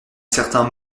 certains